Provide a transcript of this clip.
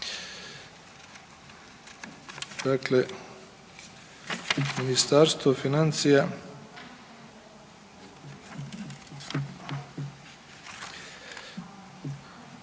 sa Ministarstvom financija.